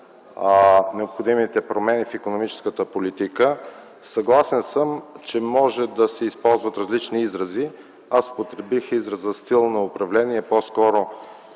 необходимите промени в икономическата политика. Съгласен съм, че може да се използват различни изрази. Аз употребих израза „стил на управление” по-скоро